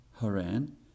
Haran